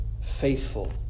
faithful